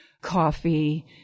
coffee